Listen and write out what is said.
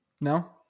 No